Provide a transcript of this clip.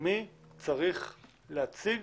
מי צריך להציג